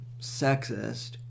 sexist